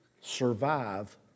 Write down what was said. survive